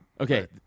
Okay